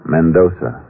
Mendoza